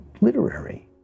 literary